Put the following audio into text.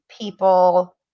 people